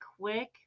quick